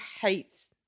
hates